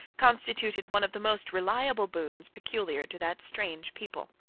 constituted one of the most reliable boons peculiar to that strange people.